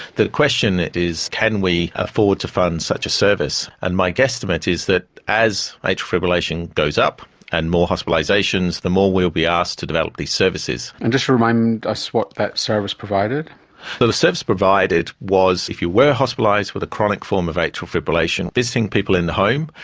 the question is can we afford to fund such a service? and my guesstimate is that as atrial fibrillation goes up and more hospitalisations, the more we will be asked to develop these services. and just remind us what that service provided? what the service provided was if you were hospitalised with a chronic form of atrial fibrillation, visiting people in the home,